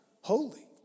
holy